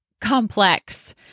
Complex